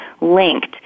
linked